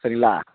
சரிங்களா